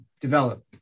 develop